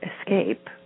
escape